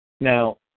Now